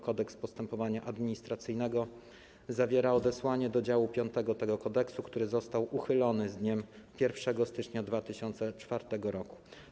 Kodeks postępowania administracyjnego zawiera odesłanie do działu V tego kodeksu, który został uchylony z dniem 1 stycznia 2004 r.